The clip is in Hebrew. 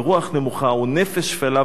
ורוח נמוכה ונפש שפלה.